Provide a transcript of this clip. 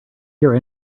hear